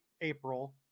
April